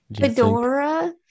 Fedora